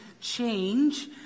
Change